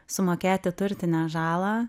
sumokėti turtinę žalą